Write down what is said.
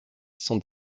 sont